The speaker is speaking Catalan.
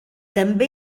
també